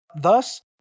Thus